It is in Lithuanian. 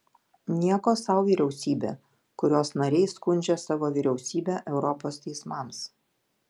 nieko sau vyriausybė kurios nariai skundžia savo vyriausybę europos teismams